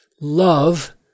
love